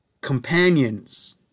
companions